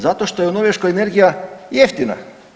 Zato što je u Norveškoj energija jeftina.